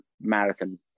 marathon